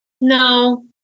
No